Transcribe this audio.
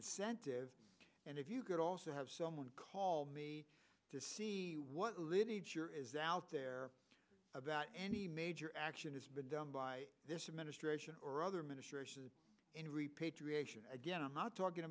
incentives and if you could also have someone call me to see what living out there about any major action has been done by this administration or other minister again i'm not talking